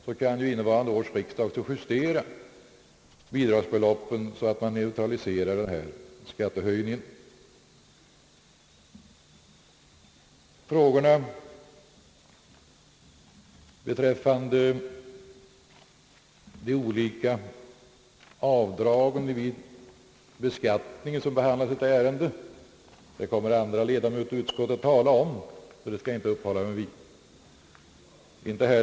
Då kan ju innevarande års riksdag justera bidragsbeloppen på så sätt att skattehöjningen neutraliseras. Frågorna i samband med de olika avdragen vid beskattning som behandlas i detta ärende kommer andra ledamöter av utskottet att tala om, och jag behöver därför inte uppehålla mig vid den saken.